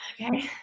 Okay